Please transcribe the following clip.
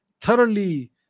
thoroughly